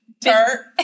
dirt